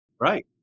Right